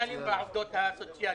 והעובדות הסוציאליים.